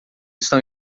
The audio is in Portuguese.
estão